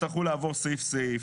יצטרכו לעבור סעיף סעיף,